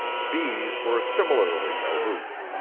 bees were similarly aloof.